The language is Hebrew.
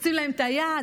לוחצים להם את היד,